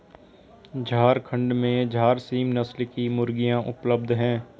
झारखण्ड में झारसीम नस्ल की मुर्गियाँ उपलब्ध है